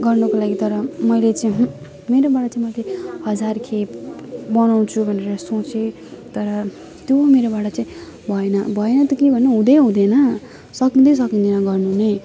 गर्नुको लागि तर मैले चाहिँ हुँ हुँला मैले चाहिँ मैले हजार खेप बनाउँछु भनेर सोचेँ तर त्यो मेरोबाट चाहिँ भएन भएन त के गर्नु हुँदै हुँदैन सकिँदै सकिँदैन गर्नु नै